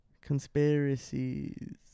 Conspiracies